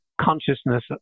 consciousness